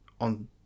on